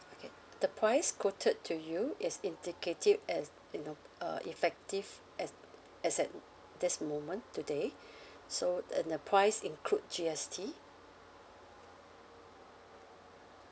okay the price quoted to you is indicative as you know uh effective as as at this moment today so and the price include G_S_T